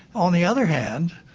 on the other hand,